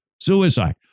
Suicide